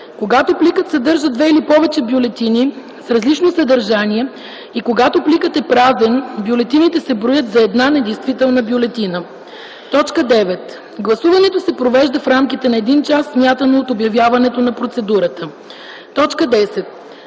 Когато пликът съдържа две или повече бюлетини с различно съдържание и когато пликът е празен, бюлетините се броят за една недействителна бюлетина. 9. Гласуването се провежда в рамките на 1 час, смятано от обявяването на процедурата. 10.